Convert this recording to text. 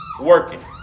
working